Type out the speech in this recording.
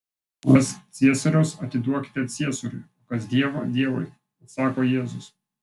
kas ciesoriaus atiduokite ciesoriui o kas dievo dievui atsako jėzus